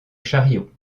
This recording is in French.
chariot